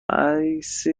الیسر